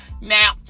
now